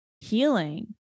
healing